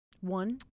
One